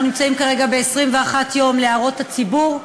אנחנו נמצאים כרגע ב-21 יום להערות הציבור.